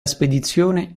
spedizione